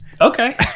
Okay